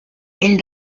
ell